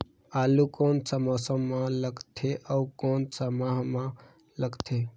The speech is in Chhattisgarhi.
आलू कोन सा मौसम मां लगथे अउ कोन सा माह मां लगथे?